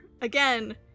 again